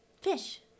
Fish